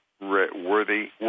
worthy